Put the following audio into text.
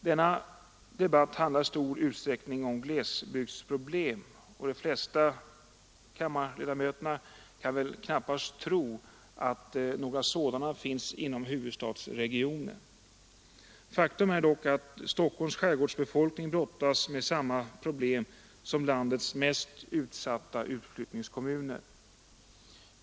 Denna debatt handlar i stor utsträckning om glesbygdsproblem, och de flesta av kammarledamöterna kan väl knappast tro att några sådana finns inom huvudstadsregionen. Faktum är dock att Stockholms skärgårdsbefolkning brottas med samma problem som landets mest utsatta utflyttningskommuner.